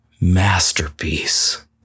masterpiece